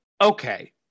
okay